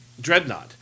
Dreadnought